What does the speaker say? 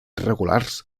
regulars